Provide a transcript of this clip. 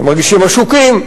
הם מרגישים עשוקים.